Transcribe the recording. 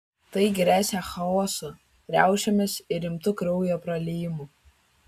tai gresia chaosu riaušėmis ir rimtu kraujo praliejimu